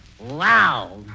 Wow